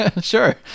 sure